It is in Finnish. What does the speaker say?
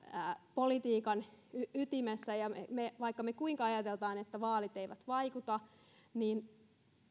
politiikan ytimessä ja vaikka me kuinka ajattelemme että vaalit eivät vaikuta niin